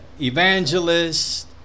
evangelist